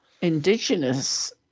indigenous